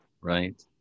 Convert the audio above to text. right